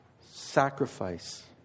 sacrifice